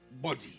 body